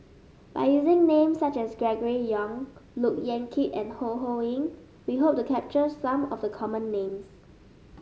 by using names such as Gregory Yong Look Yan Kit and Ho Ho Ying we hope to capture some of the common names